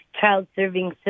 child-serving